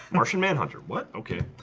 martian manhunter what okay?